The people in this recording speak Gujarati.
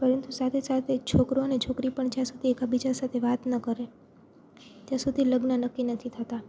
પરંતુ સાથે સાથે એક છોકરો અને છોકરી પણ જ્યાં સુધી એકબીજા સાથે વાત ના કરે ત્યાં સુધી લગ્ન નક્કી નથી થતાં